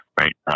right